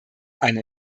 eine